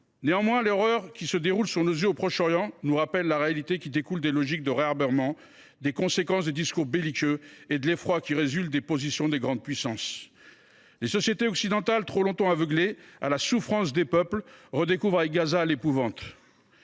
Néanmoins, l’horreur qui se déroule sous nos yeux au Proche Orient nous rappelle la réalité qui découle des logiques de réarmement, des conséquences des discours belliqueux et de l’effroi qui résulte des positions des grandes puissances. Les sociétés occidentales, trop longtemps aveugles à la souffrance des peuples, redécouvrent, avec Gaza, l’épouvante.